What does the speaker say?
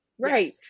Right